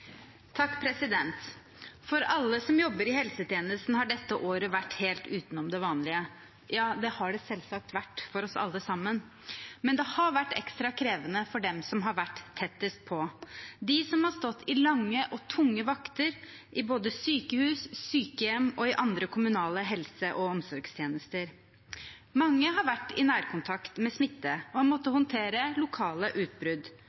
vanlige. Det har det selvsagt vært for oss alle, men det har vært ekstra krevende for dem som har vært tettest på, de som har stått i lange og tunge vakter i både sykehus, sykehjem og andre kommunale helse- og omsorgstjenester. Mange har vært i nærkontakt med smitte og har måttet håndtere lokale utbrudd